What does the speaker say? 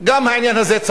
גם העניין הזה צריך להיבדק.